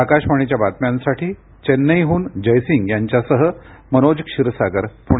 आकाशवाणीच्या बातम्यांसाठी चेन्नैहून जयसिंग यांच्यासह मनोज क्षीरसागर पुणे